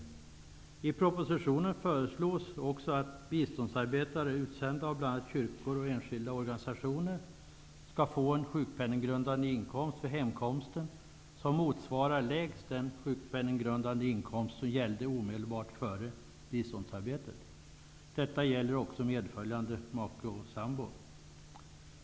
I propositionen föreslås att biståndsarbetare utsända av bl.a. kyrkor och enskilda organisationer skall få en sjukpenninggrundande inkomst vid hemkomsten som motsvarar lägst den sjukpenninggrundande inkomst som gällde omedelbart före biståndsarbetet. Detta gäller också medföjande make och sambo.